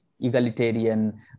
egalitarian